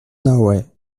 norway